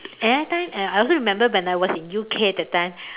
I never tell you I also remember when I was at U_K that time